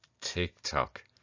TikTok